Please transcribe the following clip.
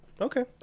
Okay